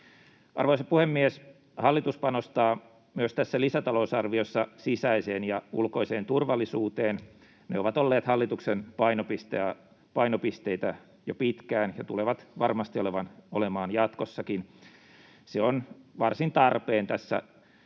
Arvoisa puhemies! Hallitus panostaa myös tässä lisätalousarviossa sisäiseen ja ulkoiseen turvallisuuteen. Ne ovat olleet hallituksen painopisteitä jo pitkään ja tulevat varmasti olemaan jatkossakin. Se on varsin tarpeen tässä